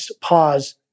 pause